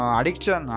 Addiction